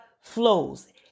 flows